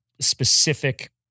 specific